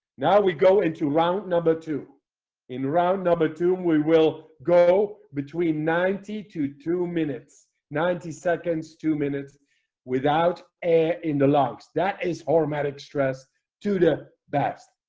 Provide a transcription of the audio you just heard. now we go into round number two in round number two um we will go between ninety two two minutes ninety seconds two minutes without air in the lungs that is hormetic stress to the best.